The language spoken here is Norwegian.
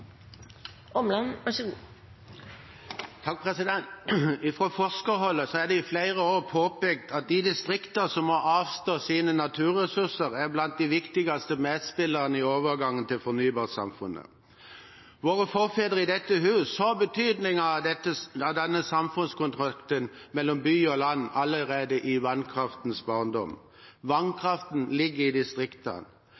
det i flere år påpekt at de distrikter som må avstå sine naturressurser, er blant de viktigste medspillerne i overgangen til fornybarsamfunnet. Våre forfedre i dette hus så betydningen av denne samfunnskontrakten mellom by og land allerede i vannkraftens barndom.